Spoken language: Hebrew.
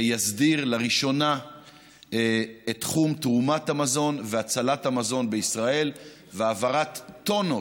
יסדיר לראשונה את תחום תרומת המזון והצלת המזון בישראל והעברת טונות,